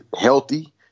healthy